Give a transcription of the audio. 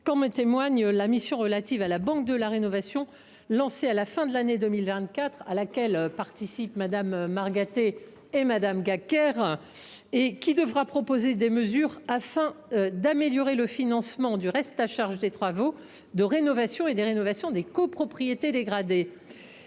En témoigne la mission relative à la banque de la rénovation énergétique, lancée à la fin de l’année 2024, à laquelle participent Mmes Margaté et Gacquerre et qui devra proposer des mesures afin d’améliorer le financement du reste à charge des travaux de rénovation, notamment des copropriétés dégradées.